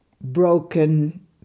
broken